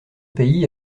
pays